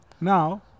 Now